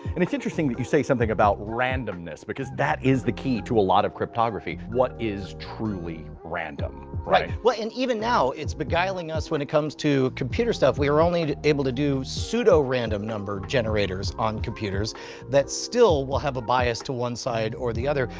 and it's interesting that you say something about randomness, because that is the key to a lot of cryptography. what is truly random, right? and even now, it's beguiling us, when it comes to computer stuff, we were only able to do pseudorandom number generators on computers that still will have a bias to one side or the other.